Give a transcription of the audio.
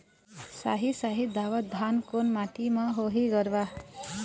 साही शाही दावत धान कोन माटी म होही गरवा?